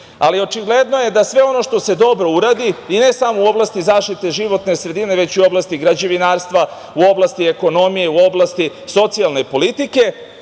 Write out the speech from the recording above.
ali očigledno je da sve ono što se dobro uradi i ne samo u oblasti zaštite životne sredine, već i u oblasti građevinarstva u oblasti ekonomije, u oblasti, socijalne politike,